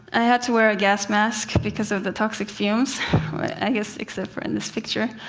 i had to wear a gas mask because of the toxic fumes i guess, except for in this picture.